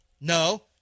No